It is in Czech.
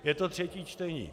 Je to třetí čtení.